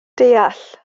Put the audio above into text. deall